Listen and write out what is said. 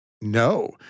No